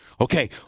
Okay